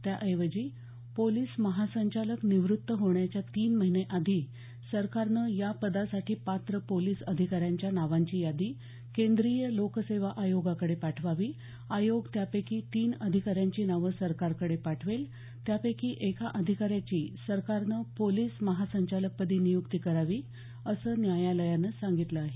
त्याऐवजी पोलिस महासंचालक निवृत्ती होण्याच्या तीन महिने आधी सरकारनं या पदासाठी पात्र पोलिस अधिकाऱ्यांच्या नावांची यादी केंद्रीय लोक सेवा आयोगाकडे पाठवावी आयोग त्यापैकी तीन अधिकाऱ्यांची नावं सरकारकडे पाठवेल त्यापैकी एका अधिकाऱ्याची सरकारनं पोलिस महासंचालकपदी नियुक्ती करावी असं न्यायालयानं सांगितलं आहे